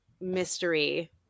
mystery